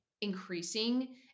increasing